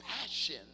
passion